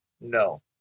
No